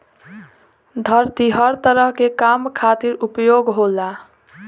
धरती हर तरह के काम खातिर उपयोग होला